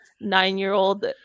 nine-year-old